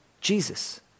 Jesus